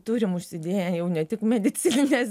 turim užsidėję jau ne tik medicinines